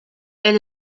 elle